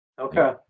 Okay